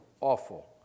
awful